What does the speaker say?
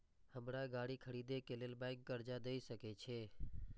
हमरा गाड़ी खरदे के लेल बैंक कर्जा देय सके छे?